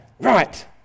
right